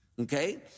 okay